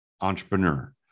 entrepreneur